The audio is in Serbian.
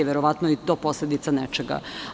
Verovatno je i to posledica nečega.